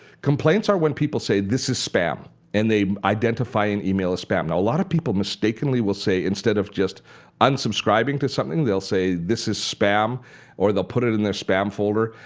complaints are when people say this is spam and they identify an email as spam. now a lot of people mistakenly will say instead of just unsubscribing to something, they'll say this is spam or they'll put it in their spam folder.